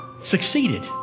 succeeded